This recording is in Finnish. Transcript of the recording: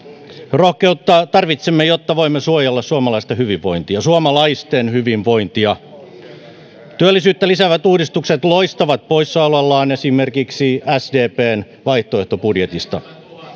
rohkeutta tarvitsemme jotta voimme suojella suomalaisten hyvinvointia suomalaisten hyvinvointia työllisyyttä lisäävät uudistukset loistavat poissaolollaan esimerkiksi sdpn vaihtoehtobudjetista